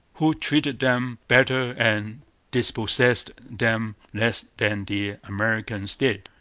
who treated them better and dispossessed them less than the americans did.